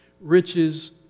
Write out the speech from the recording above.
Riches